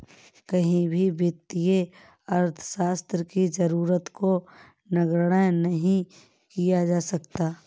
कहीं भी वित्तीय अर्थशास्त्र की जरूरत को नगण्य नहीं किया जा सकता है